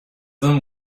them